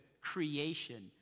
creation